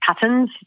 patterns